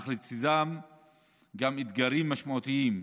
אך לצידם גם אתגרים משמעותיים,